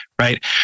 right